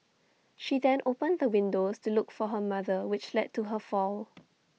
she then opened the windows to look for her mother which led to her fall